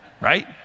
Right